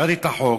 קראתי את החוק.